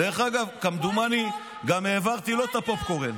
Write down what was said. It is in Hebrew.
דרך אגב, כמדומני גם העברתי לו את הפופקורן.